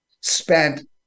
spent